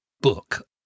book